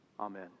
Amen